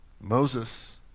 Moses